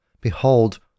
Behold